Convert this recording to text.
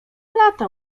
lata